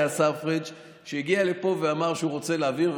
השר פריג' שהגיע לפה ואמר שהוא רוצה להעביר,